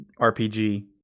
RPG